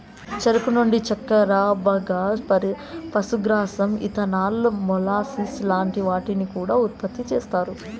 చెరుకు నుండి చక్కర, బగస్సే, పశుగ్రాసం, ఇథనాల్, మొలాసిస్ లాంటి వాటిని కూడా ఉత్పతి చేస్తారు